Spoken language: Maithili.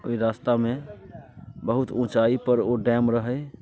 ओहि रास्तामे बहुत ऊँचाइ पर ओ डैम रहै